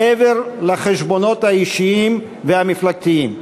מעבר לחשבונות האישיים והמפלגתיים.